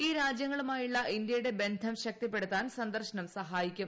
ഈ രാജ്യങ്ങളുമായുള്ള ഇന്ത്യയുടെ ബന്ധം ശക്തിപ്പെടുത്താൻ സന്ദർശനം സഹായിക്കും